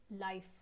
life